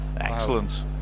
excellent